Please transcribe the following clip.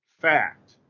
fact